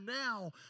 now